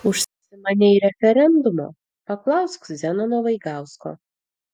užsimanei referendumo paklausk zenono vaigausko